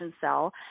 cell